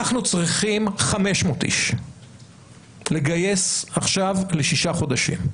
אנחנו צריכים 500 איש לגייס עכשיו לשישה חודשים.